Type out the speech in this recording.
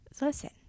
Listen